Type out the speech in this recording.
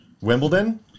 Wimbledon